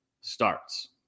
starts